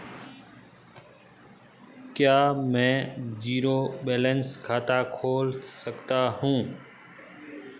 क्या मैं zero balance खाता खोल सकता हूँ?